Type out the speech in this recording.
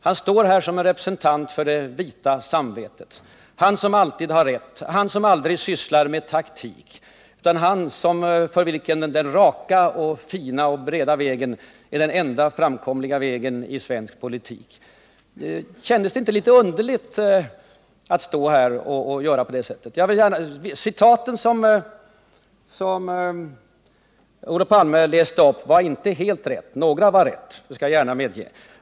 Han står här som en representant för det vita samvetet — han som alltid har rätt, han som aldrig sysslar med taktik, han för vilken den raka och breda vägen är den enda framkomliga i svensk politik. Kändes det inte litet underligt att stå här och tala på det sättet? De citat som Olof Palme läste upp var inte helt riktiga — några var det, det skall jag gärna medge.